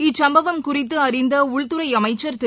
இச்சம்பவம் குறித்துஅறிந்தஉள்துறைஅமைச்சா் திரு